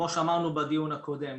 כמו שאמרנו בדיון הקודם.